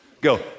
go